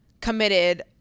committed